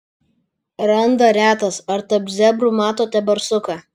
randa retas ar tarp zebrų matote barsuką